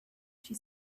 she